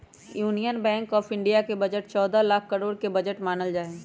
union bank of India के budget चौदह लाख करोड के बजट मानल जाहई